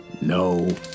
No